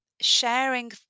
sharing